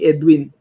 Edwin